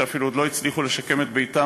שחלקם אפילו עוד לא הצליחו לשקם את ביתם,